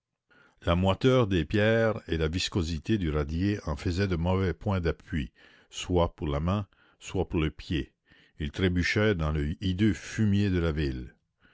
la moiteur des pierres et la viscosité du radier en faisaient de mauvais points d'appui soit pour la main soit pour le pied il trébuchait dans le hideux fumier de la ville